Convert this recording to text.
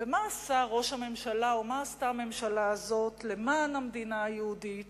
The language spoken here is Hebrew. ומה עשתה הממשלה הזאת למען המדינה היהודית